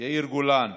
יאיר גולן,